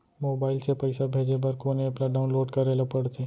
Mobile से पइसा भेजे बर कोन एप ल डाऊनलोड करे ला पड़थे?